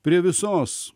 prie visos